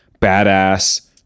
badass